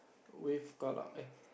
we've got up eh